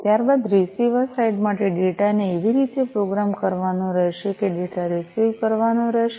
ત્યાર બાદ receiver side માટે ડેટા ને એવી રીતે પ્રોગ્રામ કરવાનો રહેશે કે ડેટા રીસીવ કરવાનો રહેશે